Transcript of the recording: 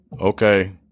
okay